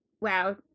wow